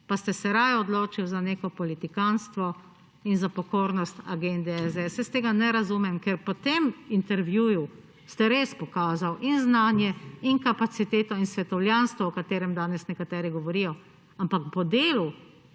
pa ste se raje odločili za neko politikantstvo in za pokornost agendi SDS. Tega ne razumem, ker pri tem intervjuju ste res pokazali in znanje in kapaciteto in svetovljanstvo, o katerem danes nekateri govorijo, ampak po delu